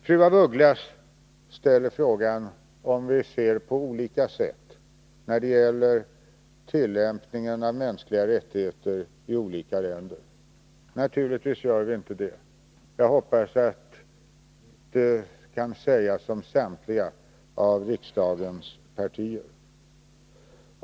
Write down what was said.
Fru af Ugglas ställer frågan om vi ser på olika sätt när det gäller tillämpningen av mänskliga rättigheter i olika länder. Naturligtvis gör vi inte det. Jag hoppas att det kan sägas om samtliga av riksdagens partier.